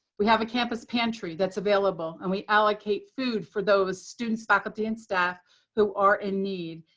we have a campus pantry that's available, and we allocate food for those students, faculty, and staff who are in need.